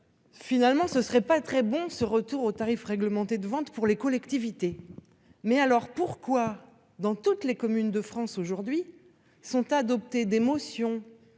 Finalement, ce serait pas très bon. Ce retour aux tarifs réglementés de vente pour les collectivités. Mais alors pourquoi dans toutes les communes de France aujourd'hui sont adoptées d'émotion